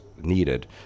needed